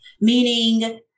meaning